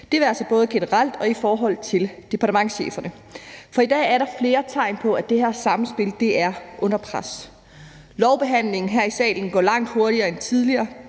Det være sig både generelt og i forhold til departementscheferne, for i dag er der flere tegn på, at det her samspil er under pres. Lovbehandlingen her i salen går langt hurtigere end tidligere.